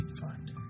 find